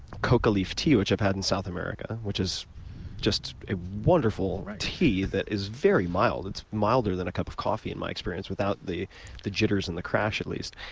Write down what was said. cocoa leaf tea, which i've had in south america, which is just a wonderful tea that is very mild. it's milder than a cup of coffee in my experience without the the jitters and the crash at least.